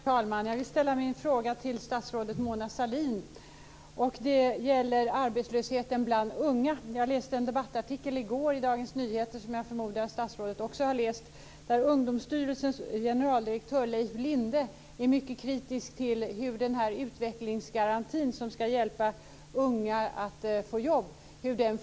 Herr talman! Jag vill ställa min fråga till statsrådet Mona Sahlin, och det gäller arbetslösheten bland unga. Jag läste en debattartikel i går i Dagens Nyheter, som jag förmodar att statsrådet också har läst, där Ungdomsstyrelsens generaldirektör Leif Linde är mycket kritisk till hur utvecklingsgarantin, som ska hjälpa unga att få jobb, fungerar.